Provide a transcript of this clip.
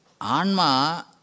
Anma